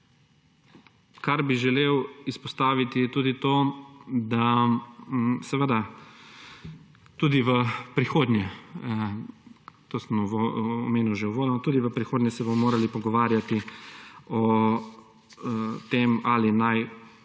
Kar bi želel izpostaviti, je tudi to, da seveda tudi v prihodnje, to sem omenil že uvodoma, tudi v prihodnje se bomo morali pogovarjati o tem, ali naj